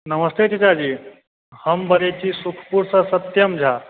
नमस्ते चचाजी हम बजै छी सुतपुरसॅं सत्यम झा